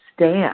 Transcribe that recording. stand